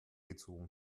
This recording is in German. gezogen